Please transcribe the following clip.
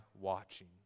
watching